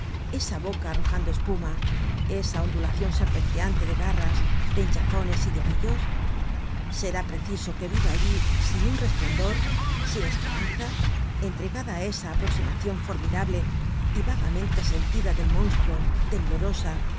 esa boca arrojando espuma esa ondulacion serpenteante de garras de hinchazones y de anillos serápreciso que viva allí sin un resplandor sin esperanza entregada á esa aproximacion formidable y vagamente sentida del monstruo temblorosa